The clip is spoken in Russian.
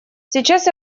сейчас